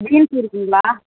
beans இருக்குதுங்களா